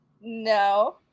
No